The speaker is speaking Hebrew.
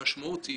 המשמעות היא